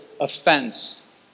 offense